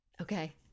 Okay